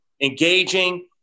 Engaging